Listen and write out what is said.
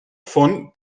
von